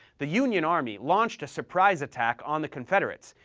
the union army launched a surprise attack on the confederates,